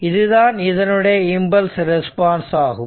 இதுதான் இதனுடைய impulse response ஆகும்